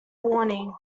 warning